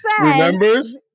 remembers